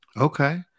Okay